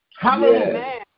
Hallelujah